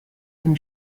from